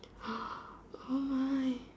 oh my